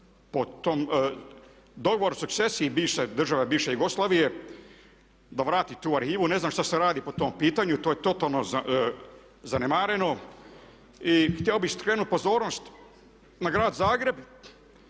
po dogovoru o sukcesiji bivše države Jugoslavije da vrati tu arhivu. Ne znam što se radi po tom pitanju. To je totalno zanemareno. Htio bih skrenuti pozornost na grad Zagreb